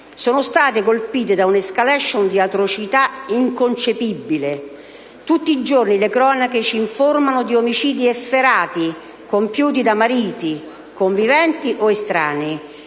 sono state colpite da una *escalation* di atrocità inconcepibile. Tutti i giorni le cronache ci informano di omicidi efferati, compiuti da mariti, conviventi o estranei,